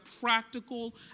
practical